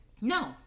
No